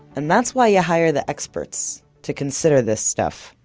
and that's why you hire the experts. to consider this stuff.